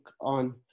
on